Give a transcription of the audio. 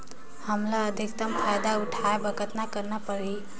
हमला अधिकतम फायदा उठाय बर कतना करना परही?